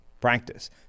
practice